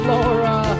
Laura